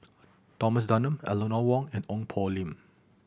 Thomas Dunman Eleanor Wong and Ong Poh Lim